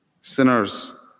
Sinners